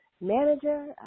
manager